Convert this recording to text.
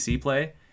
play